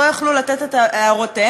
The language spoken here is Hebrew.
לא יכלו לתת את הערותיהם.